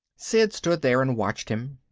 sid stood there and watched him.